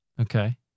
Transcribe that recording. Okay